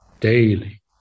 daily